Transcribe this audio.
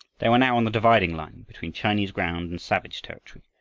they were now on the dividing line between chinese ground and savage territory,